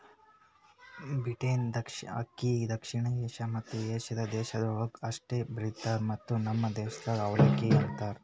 beaten ಅಕ್ಕಿ ದಕ್ಷಿಣ Asia ಮತ್ತ ಏಷ್ಯಾದ ದೇಶಗೊಳ್ದಾಗ್ ಅಷ್ಟೆ ಬೆಳಿತಾರ್ ಮತ್ತ ನಮ್ ದೇಶದಾಗ್ ಅವಲಕ್ಕಿ ಅಂತರ್